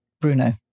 Bruno